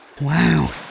Wow